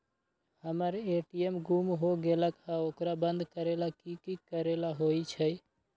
हमर ए.टी.एम गुम हो गेलक ह ओकरा बंद करेला कि कि करेला होई है?